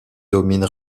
domine